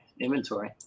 inventory